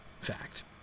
fact